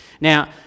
Now